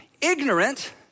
ignorant